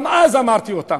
גם אז אמרתי אותם.